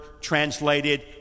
translated